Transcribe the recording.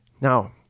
Now